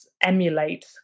emulate